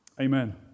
Amen